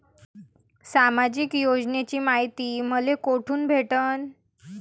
सामाजिक योजनेची मायती मले कोठून भेटनं?